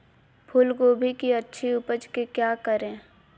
फूलगोभी की अच्छी उपज के क्या करे?